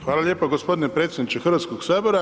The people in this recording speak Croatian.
Hvala lijepa gospodine predsjedniče Hrvatskog sabora.